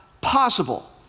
possible